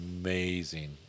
amazing